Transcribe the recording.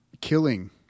killing